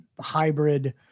hybrid